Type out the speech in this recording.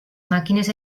màquines